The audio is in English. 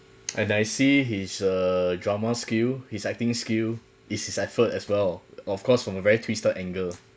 and I see his err drama skill his acting skill is his effort as well of course from a very twisted angle